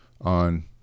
on